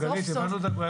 גלית, הבנו את הנקודה.